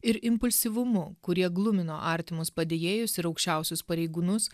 ir impulsyvumu kurie glumino artimus padėjėjus ir aukščiausius pareigūnus